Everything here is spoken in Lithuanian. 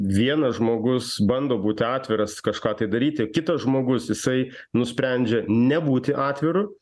vienas žmogus bando būti atviras kažką tai daryti kitas žmogus jisai nusprendžia nebūti atviru